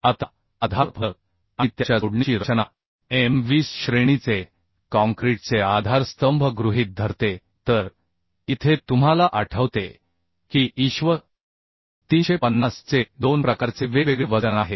आता आधारफलक आणि त्याच्या जोडणीची रचना M 20 श्रेणीचे काँक्रीटचे आधारस्तंभ गृहीत धरते तर इथे तुम्हाला आठवते की ISHV 350 चे दोन प्रकारचे वेगवेगळे वजन आहे